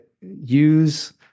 use